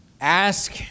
Ask